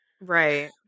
Right